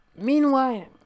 meanwhile